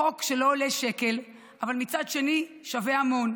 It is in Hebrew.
חוק שלא עולה שקל, אבל מצד שני שווה המון.